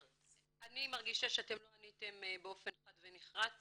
אני מרגישה שאתם לא עניתם באופן חד ונחרץ